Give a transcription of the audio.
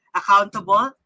accountable